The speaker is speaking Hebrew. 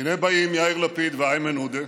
הינה באים יאיר לפיד ואיימן עודה,